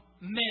men